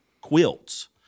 quilts